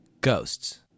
Ghosts